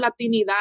latinidad